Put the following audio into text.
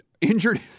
injured